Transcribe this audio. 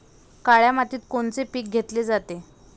काळ्या मातीत कोनचे पिकं घेतले जाते?